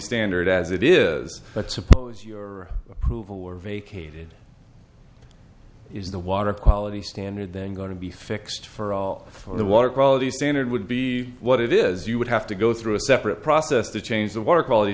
standard as it is but suppose your approval were vacated is the water quality standard then going to be fixed for all of the water quality standard would be what it is you would have to go through a separate process to change the water quality